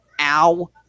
ow